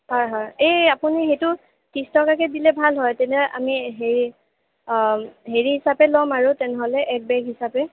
হয় হয় এই আপুনি সেইটো ত্ৰিছ টকাকে দিলে ভাল হয় তেনে আমি হেৰি হেৰি হিচাপে লম আৰু তেনেহ'লে এক বেগ হিচাপে